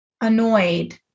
annoyed